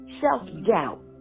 self-doubt